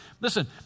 Listen